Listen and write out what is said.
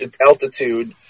altitude